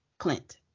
clint